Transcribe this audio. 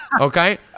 okay